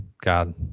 God